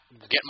get